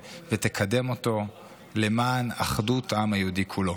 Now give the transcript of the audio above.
ותקדם אותו למען אחדות העם היהודי כולו.